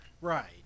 Right